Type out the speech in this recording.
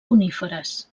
coníferes